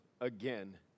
again